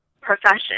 profession